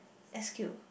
S Q